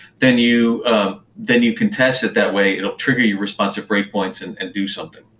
then you then you can test it that way. it will trigger your responsive breakpoints and and do something.